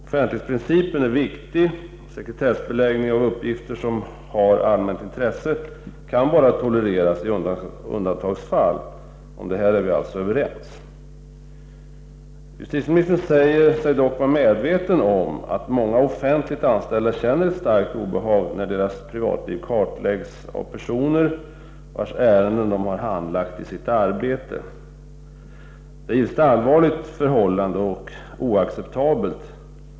Offentlighetsprincipen är viktig. Sekretessbeläggning av uppgifter som har allmänt intresse kan bara tolereras i undantagsfall. Om detta är vi alltså överens. Justitieministern säger sig dock vara medveten om att många offentligt anställda känner ett starkt obehag när deras privatliv kartläggs av personer vilkas ärenden de har handlagt i sitt arbete. Det är givetvis allvarligt och oacceptabelt.